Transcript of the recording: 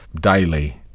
Daily